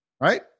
right